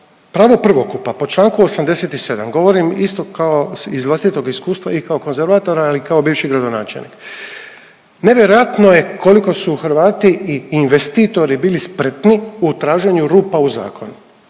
Pravo prvokupa po čl. 87 govorim isto kao, iz vlastitog iskustva i kao konzervator ali i kao bivši gradonačelnik. Nevjerojatno je koliko su Hrvati i investitori bili spretni u traženju rupa u zakonu.